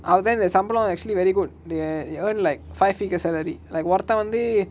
அவளோதா இந்த சம்பலோ:avalotha intha sambalo actually very good they earn like five figure salary like ஒருத்த வந்து:orutha vanthu